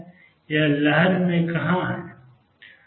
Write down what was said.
यह लहर में कहाँ है